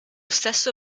stesso